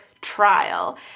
trial